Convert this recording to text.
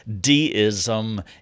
Deism